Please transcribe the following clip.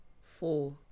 Four